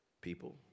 people